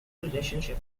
relationship